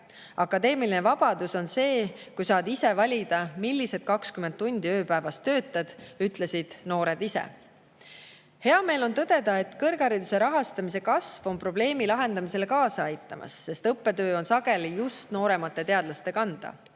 "Akadeemiline vabadus on see, kui saad ise valida, millised 20 tundi ööpäevas töötad," ütlesid noored ise. Hea meel on tõdeda, et kõrghariduse rahastamise kasv on probleemi lahendamisele kaasa aitamas, sest õppetöö on sageli just nooremate teadlaste kanda.